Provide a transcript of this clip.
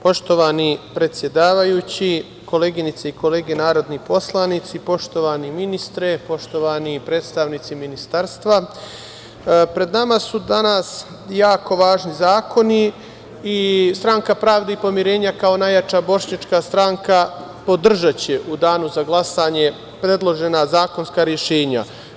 Poštovani predsedavajući, koleginice i kolege narodni poslanici, poštovani ministre, poštovani predstavnici ministarstva, pred nama su danas jako važni zakoni i Stranka pravde i pomirenja kao najjača bošnjačka stranka podržaće u danu za glasanje predložena zakonska rešenja.